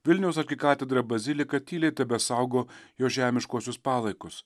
vilniaus arkikatedra bazilika tyliai tebesaugo jo žemiškuosius palaikus